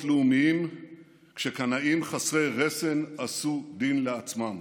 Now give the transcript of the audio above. לאומיים כשקנאים חסרי רסן עשו דין לעצמם.